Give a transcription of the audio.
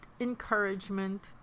Encouragement